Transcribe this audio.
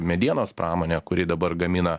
medienos pramonė kuri dabar gamina